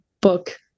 book